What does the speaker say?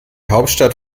hauptstadt